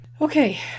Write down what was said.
Okay